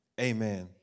amen